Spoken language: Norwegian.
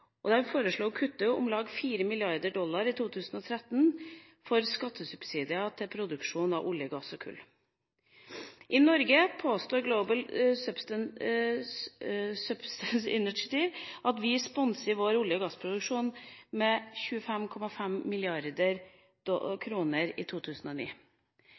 og det er foreslått å kutte om lag 4 mrd. dollar i 2013 i skattesubsidier til produksjon av olje, gass og kull. I Norge påstår Global Subsidies Initiative at vi sponset vår olje- og gassproduksjon med 25,5 mrd. kr i 2009.